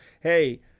hey